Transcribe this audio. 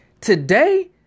today